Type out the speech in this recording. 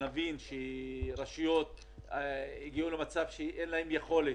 שנבין שרשויות מקומיות הגיעו למצב שאין להן יכולת